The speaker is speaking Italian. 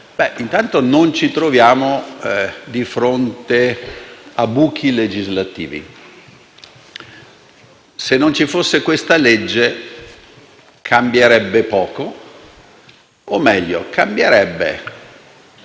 Intanto non ci troviamo di fronte a buchi legislativi. Se non ci fosse tale questa legge, cambierebbe poco o meglio cambierebbe